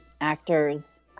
actors